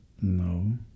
no